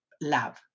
love